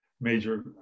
major